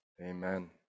Amen